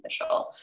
official